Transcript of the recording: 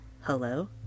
hello